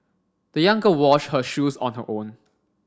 the young girl washed her shoes on her own